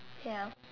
ya